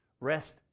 Rest